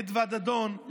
אדוה דדון,